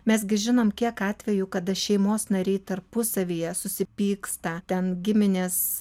mes gi žinom kiek atvejų kada šeimos nariai tarpusavyje susipyksta ten giminės